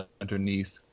underneath